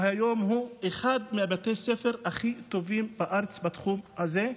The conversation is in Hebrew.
שהיום הוא אחד מבתי הספר הכי טובים בארץ בתחום הזה.